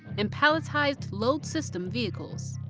and palletized load system vehicles.